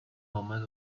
آمد